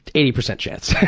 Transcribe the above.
eighty percent chance.